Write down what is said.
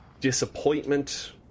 disappointment